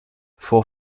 for